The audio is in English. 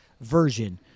version